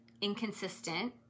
inconsistent